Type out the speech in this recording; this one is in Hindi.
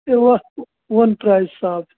एक वन प्राइस शाप